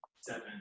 seven